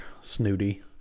snooty